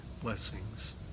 Blessings